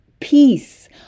peace